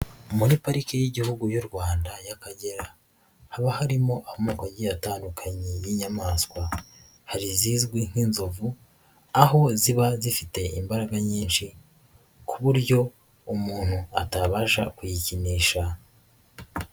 Muri pariki y'Igihugu y'u Rwanda y'Akagera haba harimo amoko agiye atandukanye y'inyamaswa, hari zizwi nk'inzovu aho ziba zifite imbaraga nyinshi ku buryo umuntu atabasha kuyikinisha.